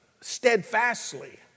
steadfastly